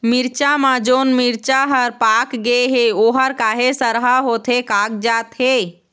मिरचा म जोन मिरचा हर पाक गे हे ओहर काहे सरहा होथे कागजात हे?